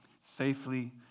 safely